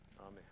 Amen